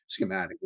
schematically